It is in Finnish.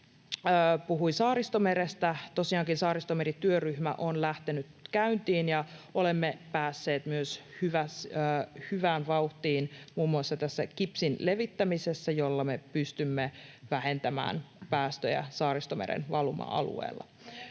puhui Saaristomerestä. Tosiaankin Saaristomeri-työryhmä on lähtenyt käyntiin, ja olemme päässeet hyvään vauhtiin myös muun muassa tässä kipsin levittämisessä, jolla me pystymme vähentämään päästöjä Saaristomeren valuma-alueella.